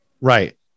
Right